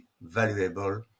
valuable